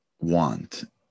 want